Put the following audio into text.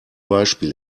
beispiel